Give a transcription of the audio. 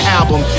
album